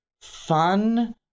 fun